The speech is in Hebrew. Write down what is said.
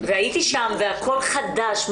הייתי שם והכל חדש,